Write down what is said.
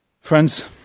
Friends